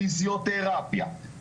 פיזיותרפיה,